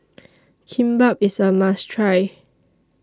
Kimbap IS A must Try